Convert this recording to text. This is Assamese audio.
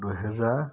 দুহেজাৰ